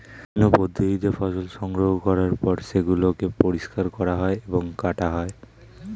বিভিন্ন পদ্ধতিতে ফসল সংগ্রহ করার পর সেগুলোকে পরিষ্কার করা হয় এবং কাটা হয়